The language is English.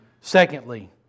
Secondly